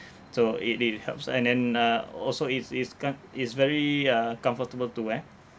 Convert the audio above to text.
so it it it helps and then uh also it's it's com~ it's very uh comfortable to wear